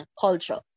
culture